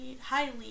highly